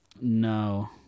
no